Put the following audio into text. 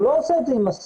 הוא לא עושה את זה עם מסכה.